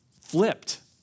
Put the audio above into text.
flipped